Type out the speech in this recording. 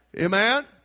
Amen